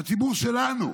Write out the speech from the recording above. הציבור שלנו: